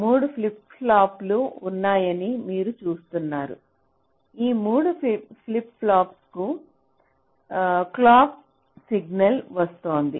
3 flip ఫ్లాప్లు ఉన్నాయని మీరు చూస్తున్నారు ఈ 3 ఫ్లిప్ పాప్లకు క్లాక్ సిగ్నల్ వస్తోంది